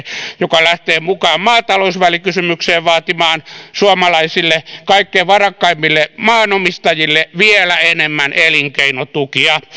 joka lähtee mukaan maatalousvälikysymykseen vaatimaan suomalaisille kaikkein varakkaimmille maanomistajille vielä enemmän elinkeinotukia